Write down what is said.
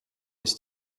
ist